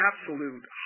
absolute